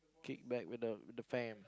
kick back when the with the fan